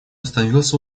остановился